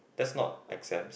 that's not exam